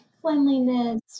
cleanliness